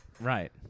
right